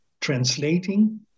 translating